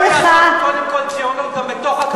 תבואי לעשות קודם כול ציונות גם בתוך הקו הירוק.